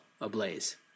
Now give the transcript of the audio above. ablaze